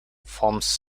forms